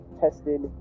tested